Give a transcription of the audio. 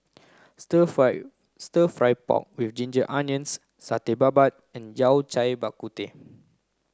stir fry stir fry pork with ginger onions satay babat and Yao Cai Bak Kut Teh